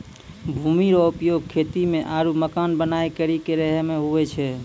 भूमि रो उपयोग खेती मे आरु मकान बनाय करि के रहै मे हुवै छै